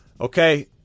Okay